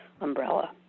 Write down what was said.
umbrella